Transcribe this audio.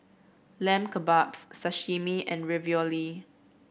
Lamb Kebabs Sashimi and Ravioli